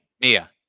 Mia